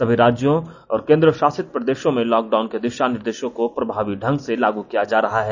सभी राज्यों और केंद्र शासित प्रदेशों में लॉकडाउन के दिशा निर्देशों को प्रभावी ढंग से लागू किया जा रहा है